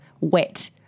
wet